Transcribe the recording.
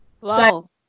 wow